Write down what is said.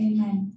Amen